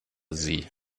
sie